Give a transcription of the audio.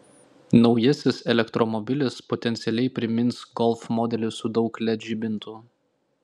naujasis elektromobilis potencialiai primins golf modelį su daug led žibintų